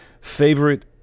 favorite